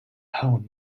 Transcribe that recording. howe